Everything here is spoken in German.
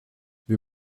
wir